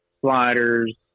sliders